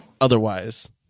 otherwise